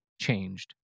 changed